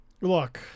look